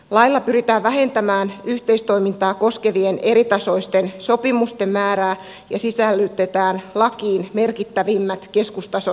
lailla pyritään vähentämään yhteistoimintaa koskevien eritasoisten sopimusten määrää ja lakiin sisällytetään merkittävimmät keskustason sopimusmääräykset